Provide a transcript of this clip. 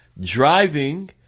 driving